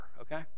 Okay